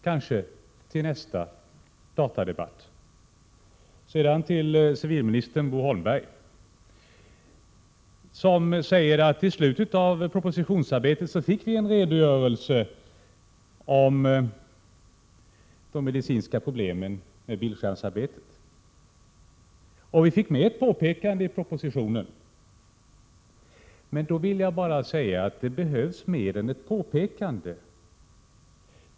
Kanske kan det ske till nästa datadebatt. Civilminister Bo Holmberg säger att man i slutet av propositionsarbetet fick en redogörelse för de medicinska problemen med bildskärmsarbetet och att man fick med ett påpekande i propositionen. Jag vill bara säga att det behövs mer än ett påpekande.